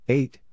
Eight